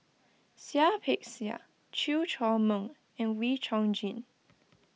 Seah Peck Seah Chew Chor Meng and Wee Chong Jin